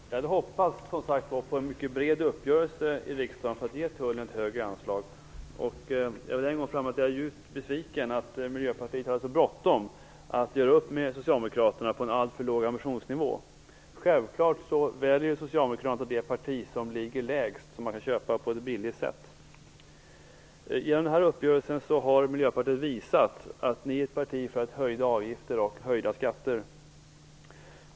Herr talman! Jag hade hoppats på en mycket bred uppgörelse i riksdagen för att ge Tullen ett högre anslag. Jag vill än en gång framhålla att jag är djupt besviken att Miljöpartiet hade så bråttom att göra upp med Socialdemokraterna på en alltför låg ambitionsnivå. Socialdemokraterna väljer självfallet det parti som ligger lägst och som man kan köpa billigt. Genom den här uppgörelsen har Miljöpartiet visat att det är ett parti för höjda avgifter och höjda skatter.